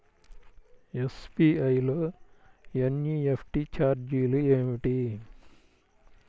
SBI లో NEFT ఛార్జీలు ఏమిటి?